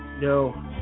No